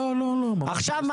עכשיו,